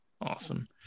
Awesome